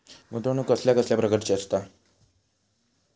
गुंतवणूक कसल्या कसल्या प्रकाराची असता?